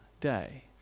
day